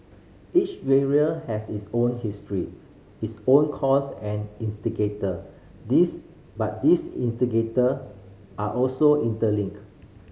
each area has its own history its own cause and instigator these but these instigator are also interlinked